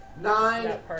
Nine